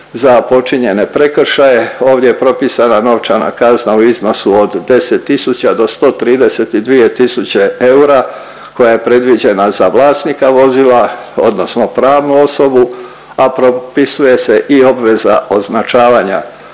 za počinjene prekršaje. Ovdje je propisana novčana kazna u iznosu od 10 tisuća do 132 tisuće eura koja je predviđena za vlasnika vozila odnosno pravnu osobu, a propisuje se i obveza označavanja